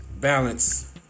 balance